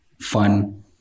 fun